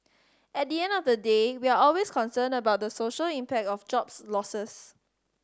at the end of the day we're always concerned about the social impact of jobs losses